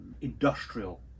industrial